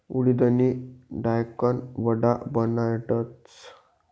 उडिदनी दायकन वडा बनाडतस